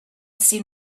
seen